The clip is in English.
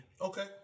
Okay